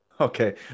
Okay